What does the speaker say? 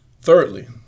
Thirdly